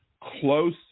close